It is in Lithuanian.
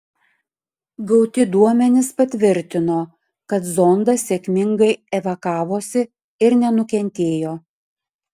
gauti duomenys patvirtino kad zondas sėkmingai evakavosi ir nenukentėjo